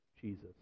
Jesus